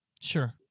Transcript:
Sure